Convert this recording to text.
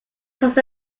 cost